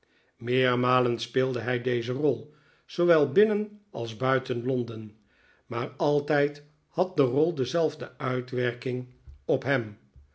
meermalen speelde hij deze rol zoowel binnen als buiten l p n d e n maar altijd had de rol dezelfde uitwerking op hem